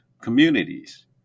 communities